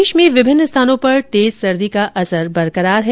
प्रदेश में विभिन्न स्थानों पर तेज सर्दी का असर बरकरार है